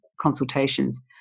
consultations